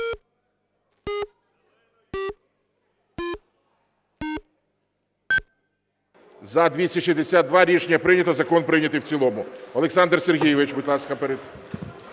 За-262 Рішення прийнято. Закон прийнятий в цілому. Олександр Сергійович, будь ласка. Веде